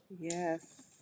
yes